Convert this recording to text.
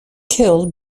killed